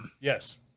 Yes